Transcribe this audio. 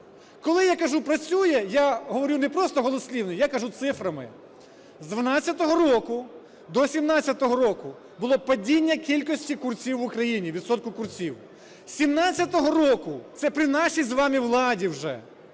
Коли я кажу "працює", я говорю не просто голослівно, я кажу цифрами. З 12-го року до 17-го року було падіння кількості курців в Україні, відсотку курців. З 17-го року (це при нашій з вами владі вже)